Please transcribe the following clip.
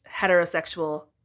heterosexual